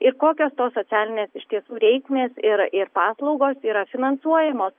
ir kokios tos socialinės iš tiesų reikmės ir ir paslaugos yra finansuojamos